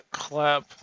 clap